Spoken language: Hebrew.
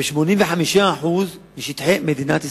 ב-85% משטחי מדינת ישראל.